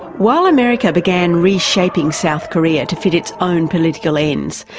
while america began reshaping south korea to fit its own political ends,